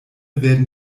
werden